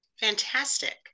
Fantastic